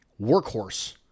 workhorse